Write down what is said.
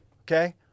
Okay